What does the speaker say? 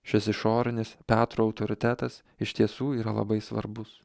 šis išorinis petro autoritetas iš tiesų yra labai svarbus